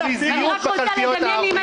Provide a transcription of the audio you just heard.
זו בושה.